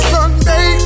Sunday